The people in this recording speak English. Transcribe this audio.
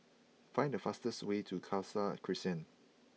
find the fastest way to Khalsa Crescent